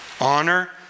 Honor